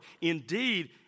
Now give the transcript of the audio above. Indeed